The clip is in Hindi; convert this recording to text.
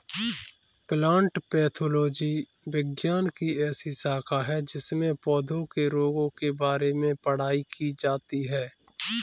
प्लांट पैथोलॉजी विज्ञान की ऐसी शाखा है जिसमें पौधों के रोगों के बारे में पढ़ाई की जाती है